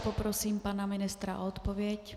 Poprosím pana ministra o odpověď.